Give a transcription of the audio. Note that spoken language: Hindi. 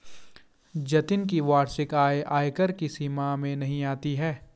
जतिन की वार्षिक आय आयकर की सीमा में नही आती है